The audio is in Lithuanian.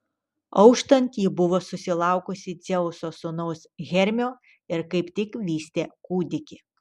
auštant ji buvo susilaukusi dzeuso sūnaus hermio ir kaip tik vystė kūdikį